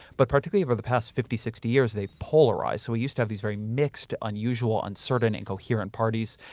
but particularly over the past fifty, sixty years, they've polarized. we used to have these very mixed, unusual, uncertain and coherent parties.